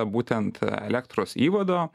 būtent elektros įvado